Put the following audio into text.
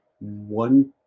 one